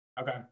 Okay